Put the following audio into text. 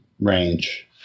range